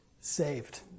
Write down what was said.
saved